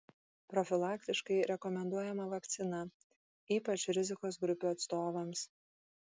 profilaktiškai rekomenduojama vakcina ypač rizikos grupių atstovams